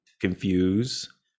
confuse